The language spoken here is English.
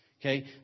okay